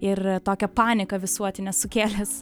ir tokią panieką visuotinę sukėlęs